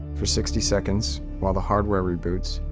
for sixty seconds, while the hardware reboots,